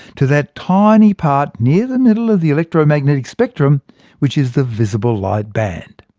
to that tiny part near the middle of the electromagnetic spectrum which is the visible light band.